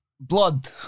blood